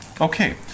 Okay